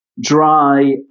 dry